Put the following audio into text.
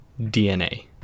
dna